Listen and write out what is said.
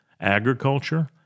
agriculture